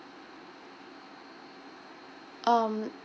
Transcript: um